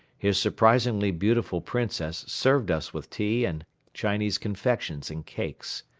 his surprisingly beautiful princess served us with tea and chinese confections and cakes.